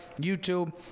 youtube